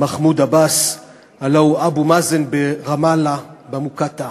מחמוד עבאס, הלוא הוא אבו מאזן, ברמאללה, במוקטעה.